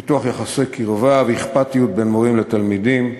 פיתוח יחסי קרבה ואכפתיות בין מורים לתלמידים,